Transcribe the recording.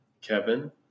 kevin